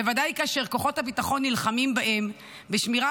בוודאי כאשר כוחות הביטחון נלחמים בהם בשמירה